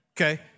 okay